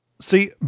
See